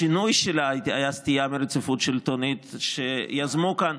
השינוי שלה היה סטייה מרציפות שלטונית שיזמו כאן: